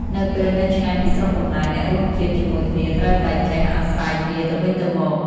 នៅពេលនៅឆ្ងាយពីស្រុកកំណើត អ្នករួមជាតិជាមួយគ្នាត្រូវតែចេះអាស្រ័យគ្នាទៅវិញទៅមក។